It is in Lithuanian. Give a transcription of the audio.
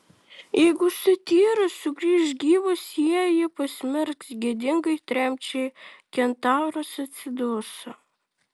jeigu satyras sugrįš gyvas jie jį pasmerks gėdingai tremčiai kentauras atsiduso